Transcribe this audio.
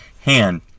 hand